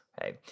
okay